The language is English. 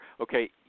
Okay